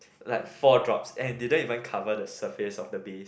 like four drops and didn't even cover the surface of the base